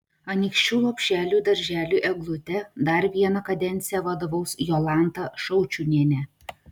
anykščių lopšeliui darželiui eglutė dar vieną kadenciją vadovaus jolanta šaučiūnienė